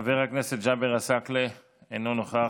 חבר הכנסת ג'אבר עסאקלה, אינו נוכח,